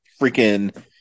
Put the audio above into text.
freaking